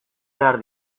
behar